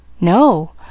No